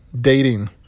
dating